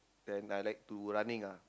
then I like to running ah